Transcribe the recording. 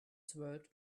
sword